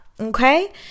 okay